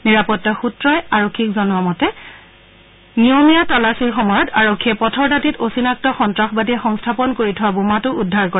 নিৰাপত্তা সূত্ৰই আকাশবাণীক জনোৱা মতে নিয়মীয়া তালাচীৰ সময়ত আৰক্ষীয়ে পথৰ দাঁতিত অচিনাক্ত সন্তাসবাদীয়ে সংস্থাপন কৰি থোৱা বোমাটো উদ্ধাৰ কৰে